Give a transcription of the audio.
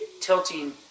tilting